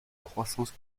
croissance